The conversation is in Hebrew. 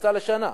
מבצע לשנה,